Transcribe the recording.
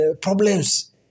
problems